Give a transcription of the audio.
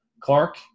Clark